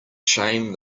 shame